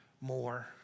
more